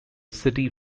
city